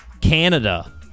Canada